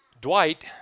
dwight